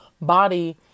body